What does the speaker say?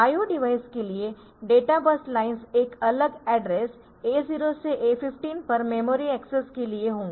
IO device के लिए data bus lines एक अलग एड्रेस A0 से A15 पर मेमोरी एक्सेस के लिए होंगी